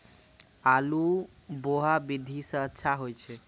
आलु बोहा विधि सै अच्छा होय छै?